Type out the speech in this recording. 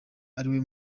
ariwe